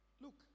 Look